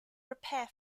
repair